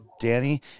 Danny